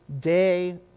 day